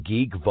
Geek